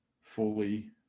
fully